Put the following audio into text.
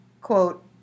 quote